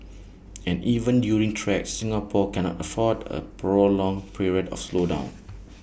and even during threats Singapore cannot afford A prolonged period of slowdown